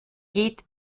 geht